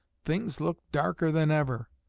things looked darker than ever.